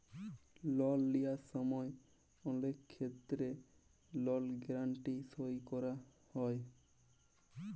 লল লিয়ার সময় অলেক ক্ষেত্রে লল গ্যারাল্টি সই ক্যরা হ্যয়